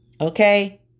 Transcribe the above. Okay